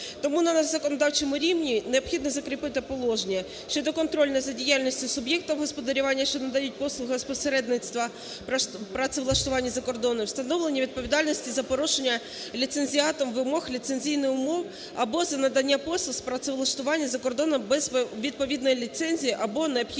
Тому на законодавчому рівні необхідно закріпити положення щодо контролю за діяльністю суб'єктами господарювання, що надають послуги з посередництва працевлаштування за кордоном, встановлення відповідальності за порушення ліцензіатом вимог ліцензійних умов або за надання послуг з працевлаштування за кордоном без відповідної ліцензії або необхідної